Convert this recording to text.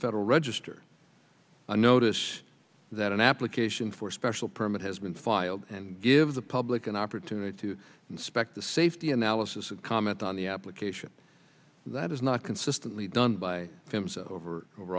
federal register a notice that an application for a special permit has been filed and give the public an opportunity to inspect the safety analysis and comment on the application that is not consistently done by